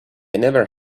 never